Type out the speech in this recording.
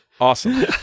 awesome